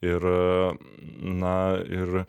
ir na ir